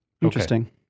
Interesting